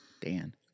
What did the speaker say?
Dan